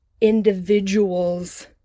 individuals